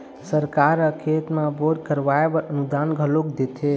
सरकार ह खेत म बोर करवाय बर अनुदान घलोक देथे